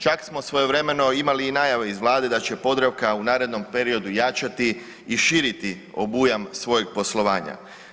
Čak smo svojevremeno imali i najave iz vlade da će Podravka u narednom periodu jačati i širiti obujam svojeg poslovanja.